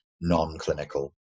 non-clinical